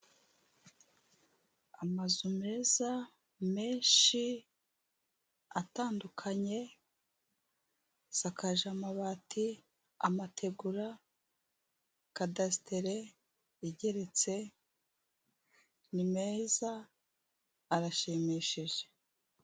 Amazu meza menshi atandukanye, asakaje amabati, amategura, kadasitere igeretse, ni meza, arashimishije.